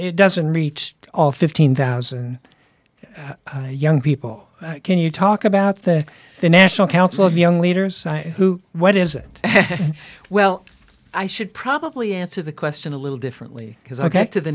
t doesn't reach all fifteen thousand young people can you talk about that the national council of young leaders who what is it well i should probably answer the question a little differently because i get to the